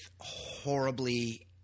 horribly